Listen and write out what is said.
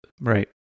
Right